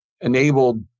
enabled